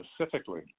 specifically